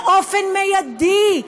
באופן מיידי,